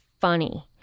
funny